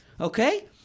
Okay